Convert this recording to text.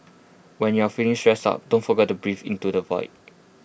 when you are feeling stressed out don't forget to breathe into the void